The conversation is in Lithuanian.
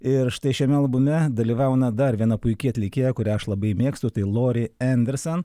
ir štai šiame albume dalyvauna dar viena puiki atlikėja kurią aš labai mėgstu tai lori endersan